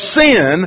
sin